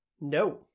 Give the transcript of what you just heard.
no